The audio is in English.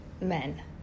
men